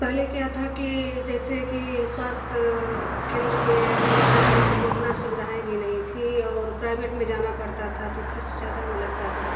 पहले क्या था कि जैसे कि स्वास्थय केंद्र पर हम लोग जाते थे तो इतना सुविधाएँ भी नहीं थी और प्राइवेट में जाना पड़ता था तो खर्च ज़्यादा लगता था